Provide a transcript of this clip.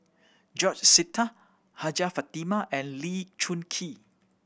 George Sita Hajjah Fatimah and Lee Choon Kee